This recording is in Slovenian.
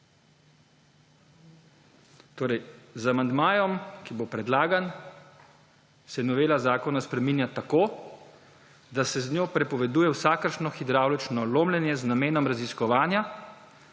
Torej, z amandmajem, ki bo predlagan, se novela zakona spreminja tako, da se z njo prepoveduje vsakršno hidravlično lomljenje, z namenom raziskovanja